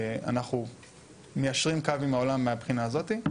אנחנו מיישרים קו עם העולם מהבחינה הזאתי,